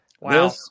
Wow